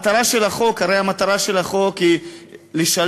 הרי המטרה של החוק היא לשלב,